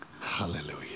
Hallelujah